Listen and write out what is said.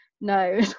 no